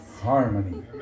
harmony